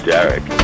Derek